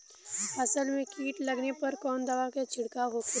फसल में कीट लगने पर कौन दवा के छिड़काव होखेला?